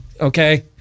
Okay